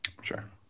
sure